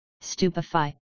Stupefy